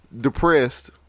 depressed